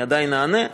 אני עדיין אענה,